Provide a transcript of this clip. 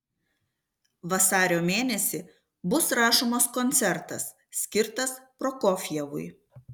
vasario mėnesį bus rašomas koncertas skirtas prokofjevui